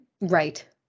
Right